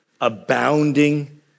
abounding